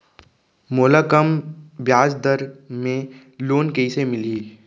मोला कम ब्याजदर में लोन कइसे मिलही?